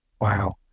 Wow